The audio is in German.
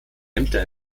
ämter